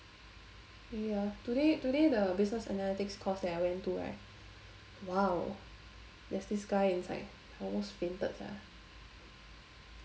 ya today today the business analytics course that I went to right !wow! there's this guy inside I almost fainted sia